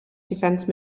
defense